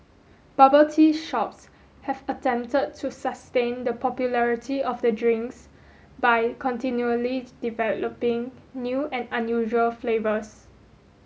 bubble tea shops have attempted to sustain the popularity of the drinks by continually developing new and unusual flavours